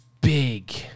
big